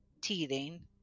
teething